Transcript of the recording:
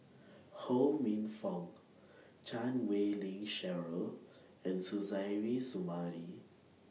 Ho Minfong Chan Wei Ling Cheryl and Suzairhe Sumari